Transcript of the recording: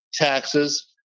taxes